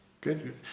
Good